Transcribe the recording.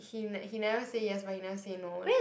he he never say yes but he never say no eh